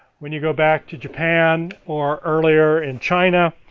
when you go back to japan, or earlier in china,